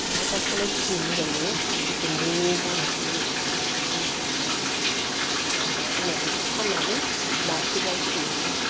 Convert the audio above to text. अमा दाउखौलाय फिनो मोजां मोनो गुन्दै दामासो हनै बेखौनो नांगौबा उनाव बेखौ फान्नानै मासे बायफिन्नोसै